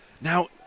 Now